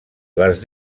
les